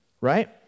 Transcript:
right